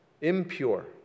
impure